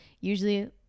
usually